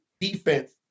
defense